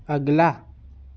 अगला